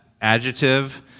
adjective